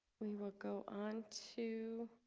we will go on to